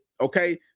okay